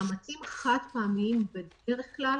מאמצים חד פעמיים בדרך כלל